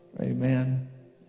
Amen